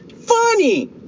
Funny